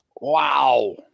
Wow